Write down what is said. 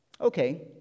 Okay